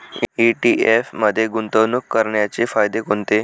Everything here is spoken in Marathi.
ई.टी.एफ मध्ये गुंतवणूक करण्याचे फायदे कोणते?